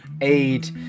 aid